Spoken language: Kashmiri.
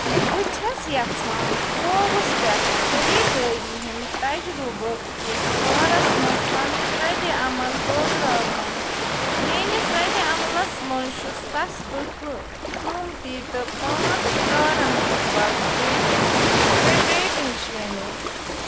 بہٕ چھَس یَژھان کووُس پٮ۪ٹھٕ خریٖدٲری ہُنٛد تجربہٕ کِس بارس منٛز پَنٕنۍ رَدِ عمل بٲگراون میٛٲنِس رَدِ عملس منٛز چھُ سَستہٕ قہٕ قۭمتی تہٕ پانٛژھ سِتارَن منٛز وَل ریٹِنٛگ ترٛےٚ ریٹِنٛگ شٲمِل